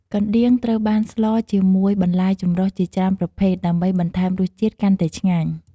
កណ្ដៀងត្រូវបានស្លជាមួយបន្លែចម្រុះជាច្រើនប្រភេទ ដើម្បីបន្ថែមរសជាតិកាន់តែឆ្ងាញ់។